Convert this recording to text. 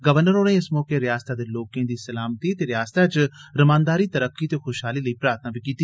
governor होरें इस मौके रिआसतै दे लोकें दी सलामती ते रिआसतै च रमानदारी तरक्की ते खुशहाली लेई प्रार्थना बी कीती